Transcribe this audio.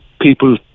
people